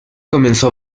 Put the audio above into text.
comenzó